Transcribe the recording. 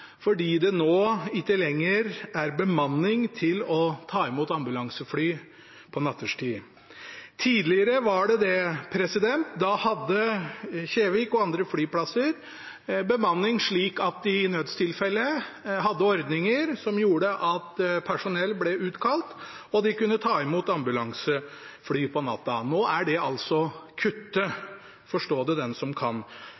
fordi det nå ikke lenger er bemanning til å ta imot ambulansefly nattetid. Tidligere hadde Kjevik og andre flyplasser bemanning slik at de i nødstilfelle hadde ordninger som gjorde at personell ble utkalt og de kunne ta imot ambulansefly på natta. Nå er det altså